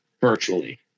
virtually